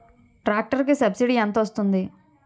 Tractor కి subsidy ఎంత వస్తుంది?